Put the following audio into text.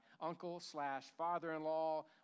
uncle-slash-father-in-law